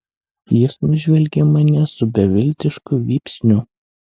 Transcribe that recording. jis nužvelgė mane su beviltišku vypsniu